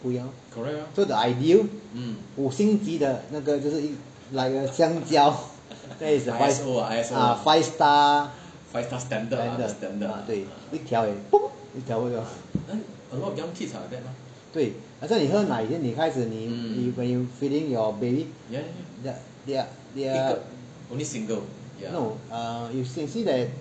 不一样 lor so the ideal 五星级的就是一 like a 香蕉 that is the five star standard ah 对一条而已一条对很像你喝奶 when you're feeding your baby their their no you can see that